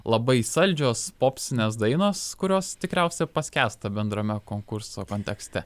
labai saldžios popsnės dainos kurios tikriausia paskęsta bendrame konkurso kontekste